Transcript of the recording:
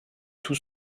tout